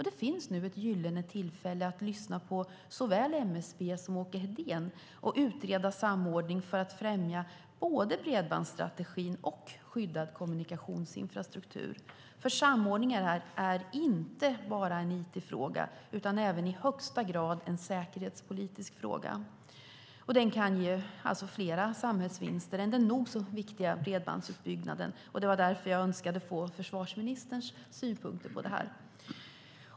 Det finns nu ett gyllene tillfälle att lyssna på såväl MSB som Åke Hedén och utreda samordning för att främja både bredbandsstrategin och en skyddad kommunikationsinfrastruktur. Samordningen är inte bara en it-fråga utan även i högsta grad en säkerhetspolitisk fråga. Den kan ge fler samhällsvinster än den nog så viktiga bredbandsutbyggnaden. Det var därför jag önskade få förvarsministerns synpunkter på detta.